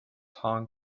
hong